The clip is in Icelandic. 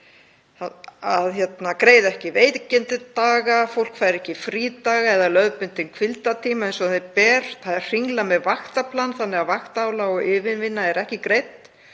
að greiða ekki veikindadaga, fólk fær ekki frídaga eða lögbundinn hvíldartíma eins og því ber, það er hringlað með vaktaplan þannig að vaktaálag og yfirvinna er ekki greidd